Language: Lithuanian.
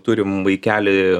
turim vaikelį